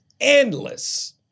endless